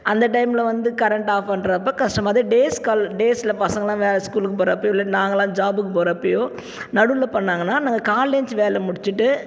அந்த டைம்ல வந்து கரண்ட் ஆஃப் பண்ணுறப்ப கஷ்டமாக தான் த டேஸ் கால் டேஸ்ல பசங்கள்லாம் வேற ஸ்கூலுக்கு போகிறப்பையோ இல்லை நாங்கல்லாம் ஜாப்புக்கு போகிறப்பையோ நடுவில் பண்ணாங்கன்னா நாங்கள் காலையில ஏஞ்சி வேலை முடிச்சிட்டு